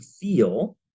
feel